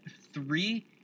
three